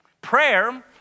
Prayer